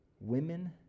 Women